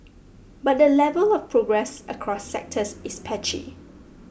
but the level of progress across sectors is patchy